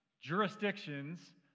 jurisdictions